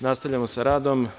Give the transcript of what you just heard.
Nastavljamo sa radom.